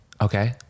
okay